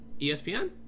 ESPN